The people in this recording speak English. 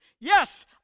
yes